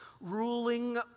ruling